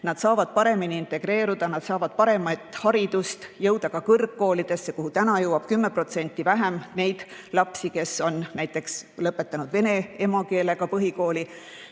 nad saavad paremini integreeruda, nad saavad paremat haridust, jõuda ka kõrgkoolidesse. Täna jõuab neid lapsi, kes on lõpetanud vene emakeelega põhikooli,